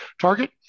Target